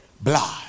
blood